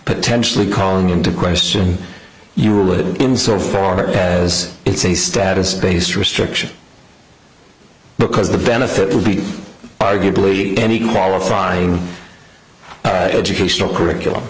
potentially calling into question you would in so far as it's a status based restriction because the benefit will be arguably any qualifying educational curriculum